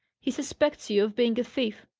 he suspects you of being a thief.